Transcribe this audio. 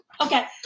Okay